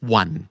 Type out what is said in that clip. one